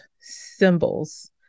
symbols